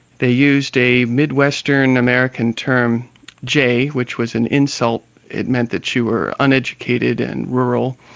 they used a mid-western american term jay which was an insult it meant that you were uneducated and rural,